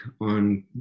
on